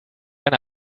eine